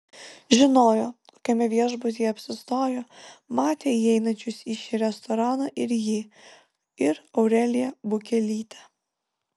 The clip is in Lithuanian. žinojo kokiame viešbutyje apsistojo matė įeinančius į šį restoraną ir jį ir aureliją bukelytę